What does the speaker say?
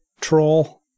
Troll